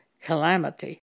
calamity